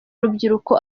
urubyiruko